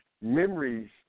memories